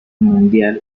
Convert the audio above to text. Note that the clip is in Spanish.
mundial